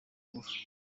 ngufu